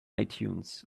itunes